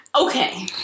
okay